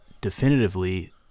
definitively